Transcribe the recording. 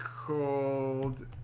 called